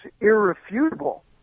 irrefutable